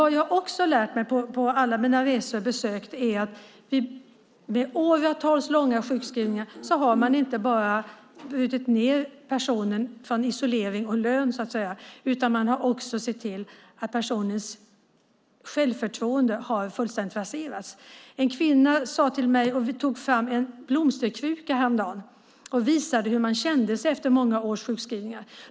Det jag också lärt mig på alla mina resor och besök är att med sjukskrivningar som varat i åratal har man inte bara brutit ned personen genom isolering och avsaknad av lön, utan självförtroendet har dessutom raserats fullständigt. En kvinna tog häromdagen fram en blomsterkruka och visade hur hon kände sig efter många års sjukskrivning.